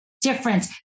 Difference